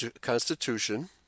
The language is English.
constitution